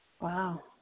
Wow